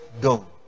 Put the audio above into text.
Go